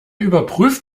überprüft